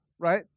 Right